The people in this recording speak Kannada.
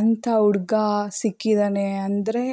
ಅಂಥಾ ಹುಡ್ಗ ಸಿಕ್ಕಿದ್ದಾನೆ ಅಂದರೆ